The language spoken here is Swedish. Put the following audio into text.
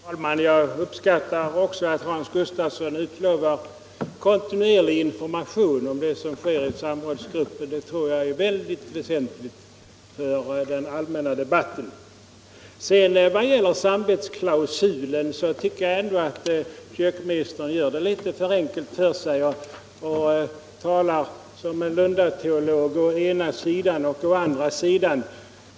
Herr talman! Jag uppskattar också att Hans Gustafsson nu utlovade kontinuerlig information om det som sker i samrådsgruppen — det tror jag är väsentligt för den allmänna debatten. Vad gäller samvetsklausulen tycker jag att kyrkoministern gör det litet för enkelt för sig. Han talar som en lundateolog — han säger ”å ena sidan” och ”å andra sidan”.